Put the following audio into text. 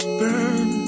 burn